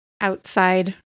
outside